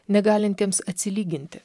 negalintiems atsilyginti